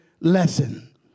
lesson